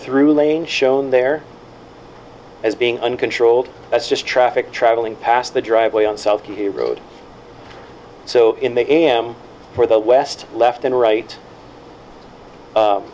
through lane shown there as being uncontrolled that's just traffic travelling past the driveway on southie road so in the am for the west left and right